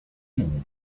monde